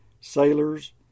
sailors